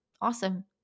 awesome